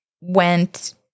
went –